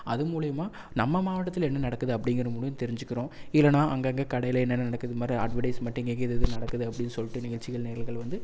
அது மூலிமா நம்ம மாவட்டத்தில் என்ன நடக்குது அப்டிங்கிறது தெரிஞ்சுக்கிறோம் இல்லைனா அங்கங்கே கடையில் என்னென்ன நடக்குது இந்த மாதிரி அட்வெர்டைஸ்மென்ட் எங்கெங்கே ஏதேது நடக்குது அப்டின்னு சொல்லிட்டு நிகழ்ச்சிகள் நிரல்கள் வந்து